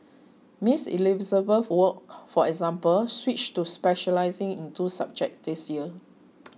Miss Elizabeth Wok for example switched to specialising in two subjects this year